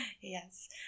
yes